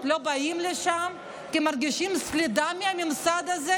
לא באים לשם כי מרגישים סלידה מהממסד הזה.